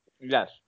Yes